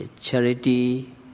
charity